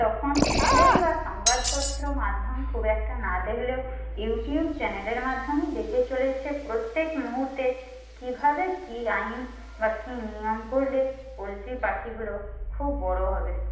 তখন বই বা সংবাদপত্র মাধ্যম খুব একটা না দেখলেও ইউটিউব চ্যানেলের মাধ্যমেই দেখে চলেছে প্রত্যেক মুহুর্তে কীভাবে কী আইন বা কী নিয়ম করলে পোলট্রি পাখিগুলো খুব বড়ো হবে